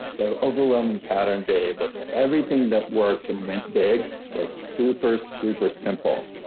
the overwhelming pattern, dave, was everything that worked and went big was super, super simple.